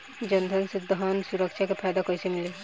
जनधन से जन सुरक्षा के फायदा कैसे मिली?